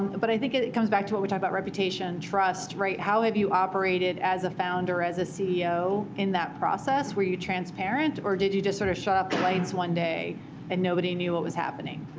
but i think it it comes back to what we talked about reputation, trust, how have you operated as a founder, as a ceo in that process? were you transparent, or did you just sort of shut off the lights one day and nobody knew what was happening?